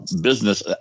business